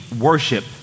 worship